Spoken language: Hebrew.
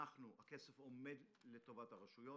מצידנו הכסף עומד לטובת הרשויות.